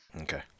Okay